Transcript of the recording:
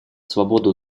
свободу